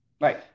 Right